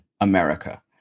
America